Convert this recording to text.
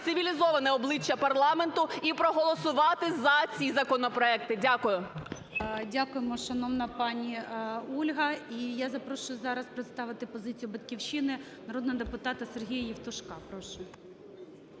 цивілізоване обличчя парламенту і проголосувати за ці законопроекти. Дякую. ГОЛОВУЮЧИЙ. Дякуємо, шановна пані Ольга. І я запрошую зараз представити позицію "Батьківщини" народного депутата Сергія Євтушка,